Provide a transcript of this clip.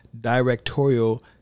directorial